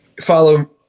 follow